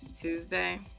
Tuesday